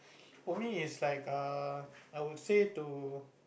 for me it's like err I would say to